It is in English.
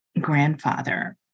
grandfather